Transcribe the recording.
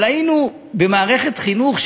אבל היינו במערכת חינוך,